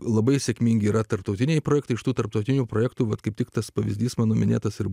labai sėkmingi yra tarptautiniai projektai iš tų tarptautinių projektų vat kaip tik tas pavyzdys mano minėtas ir